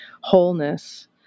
wholeness